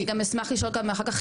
אני גם אשמח לשאול אחר כך,